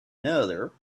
another